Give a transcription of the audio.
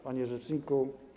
Panie Rzeczniku!